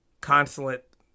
consulate